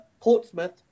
Portsmouth